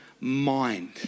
mind